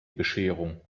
bescherung